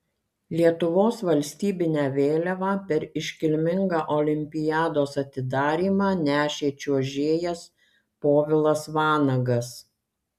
lietuvos valstybinę vėliavą per iškilmingą olimpiados atidarymą nešė čiuožėjas povilas vanagas